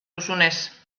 duzunez